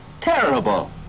terrible